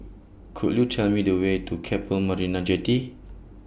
Could YOU Tell Me The Way to Keppel Marina Jetty